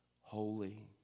holy